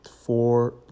four